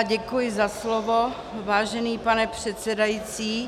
Děkuji za slovo, vážený pane předsedající.